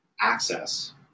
Access